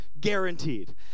guaranteed